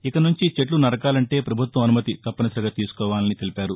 ఇక నుంచి చెట్ల నరకాలంటే పభుత్వం అనుమతి తప్పనిసరిగా తీసుకోవాలని తెలిపారు